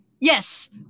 Yes